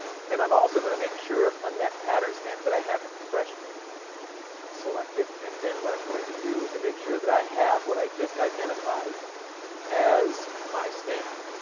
and then, i'm also going to make sure on that pattern stamp that i have impressionist selected and then, what i'm going to do is to make sure that i have what i just identified as my stamp.